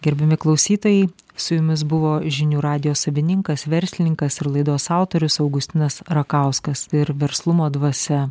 gerbiami klausytojai su jumis buvo žinių radijo savininkas verslininkas ir laidos autorius augustinas rakauskas ir verslumo dvasia